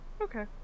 Okay